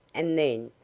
and then,